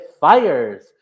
Fires